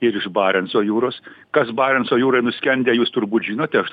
ir iš barenco jūros kas barenco jūroje nuskendę jūs turbūt žinote aš